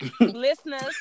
listeners